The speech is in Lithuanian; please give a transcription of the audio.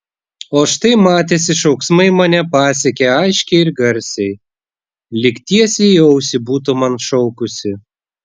o štai matėsi šauksmai mane pasiekė aiškiai ir garsiai lyg tiesiai į ausį būtų man šaukusi